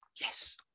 Yes